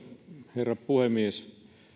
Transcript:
herra puhemies